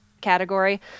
category